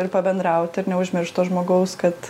ir pabendraut ir neužmiršt to žmogaus kad